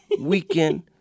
weekend